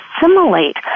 assimilate